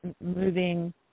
moving